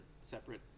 separate